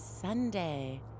Sunday